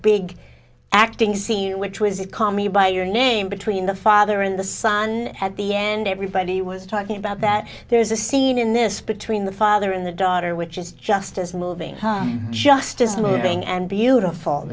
big acting scene which was a commie by your name between the father and the son at the end everybody was talking about that there's a scene in this between the father and the daughter which is just as moving just as moving and beautiful